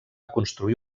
construir